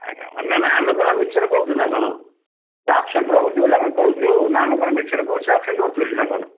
ଆଜ୍ଞା ନା ନା ଆମେ କ'ଣ ଆ ମିଛରେ କହଛୁ ନା କ'ଣ ସେ ଆବସେଣ୍ଟ ରହୁଛି ବୋଲି ଆମେ କହୁଛୁ ନା କ'ଣ ଆମେ ମିଛରେ କହୁଛୁ ସେ ଆବସେଣ୍ଟ ରହୁଛି ବୋଲି ନା କ'ଣ